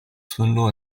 村落